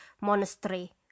Monastery